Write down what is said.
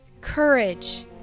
Courage